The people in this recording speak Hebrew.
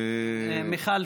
ומיכל שיר.